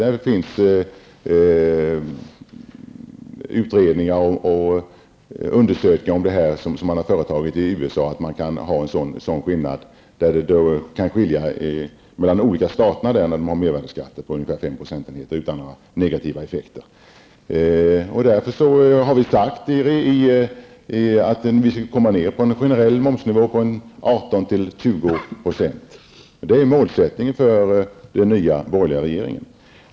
Det finns utredningar och undersökningar utförda i bl.a. USA som visar att man mellan olika stater kan ha en skillnad på mervärdeskatten på ungefär 5 % utan att negativa effekter uppstår. Därför har vi sagt att vi skall komma ner på en generell momsnivå på 18--20 %. Det är målsättningen för den nya borgerliga regeringen.